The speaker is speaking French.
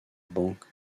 banque